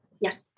Yes